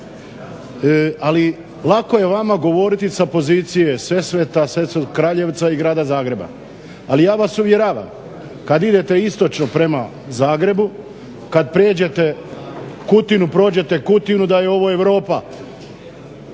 Ali lako je vama govoriti sa pozicije Sesveta, Sesvetskog kraljevca i grada Zagreba, ali ja vas uvjeravam kad idete istočno prema Zagrebu, kad pređete Kutinu, prođete Kutinu da je ovo Europa.